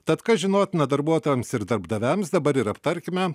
tad kas žinotina darbuotojams ir darbdaviams dabar ir aptarkime